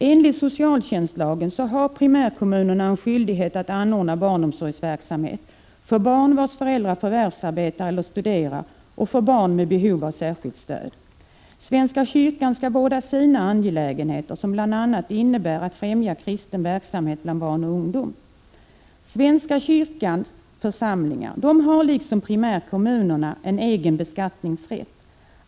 Enligt socialtjänstlagen har primärkommunerna en skyldighet att anordna barnomsorgsverksamhet för barn vars föräldrar förvärvsarbetar eller studerar och för barn med behov av särskilt stöd. Svenska kyrkan skall vårda sina angelägenheter, som bl.a. innebär att främja kristen verksamhet bland barn och ungdom. Svenska kyrkans församlingar har liksom primärkommunerna egen beskattningsrätt.